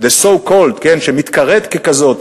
so called, שמתקראת ככזאת,